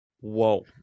Whoa